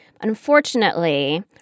Unfortunately